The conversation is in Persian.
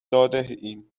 دادهایم